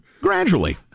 Gradually